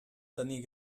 tenir